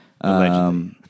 Allegedly